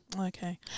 okay